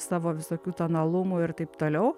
savo visokių tonalumų ir taip toliau